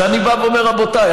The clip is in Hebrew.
שאני בא ואומר: רבותיי,